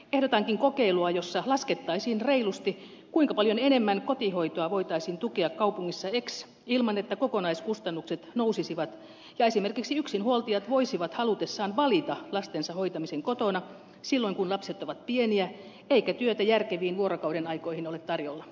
ehdotankin kokeilua jossa laskettaisiin reilusti kuinka paljon enemmän kotihoitoa voitaisiin tukea kaupungissa x ilman että kokonaiskustannukset nousisivat ja esimerkiksi yksinhuoltajat voisivat halutessaan valita lastensa hoitamisen kotona silloin kun lapset ovat pieniä eikä työtä järkeviin vuorokaudenaikoihin ole tarjolla